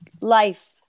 Life